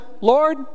Lord